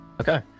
Okay